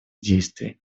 действий